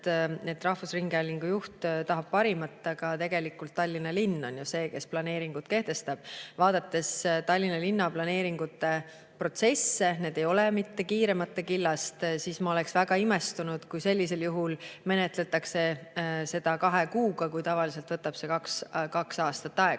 et rahvusringhäälingu juht tahab parimat, aga tegelikult Tallinna linn on ju see, kes planeeringud kehtestab. Vaadates Tallinna linna planeeringuteprotsesse, mis ei ole mitte kiiremate killast, oleksin ma väga imestunud, kui seda menetletaks kahe kuuga, kuigi tavaliselt võtab see kaks aastat aega.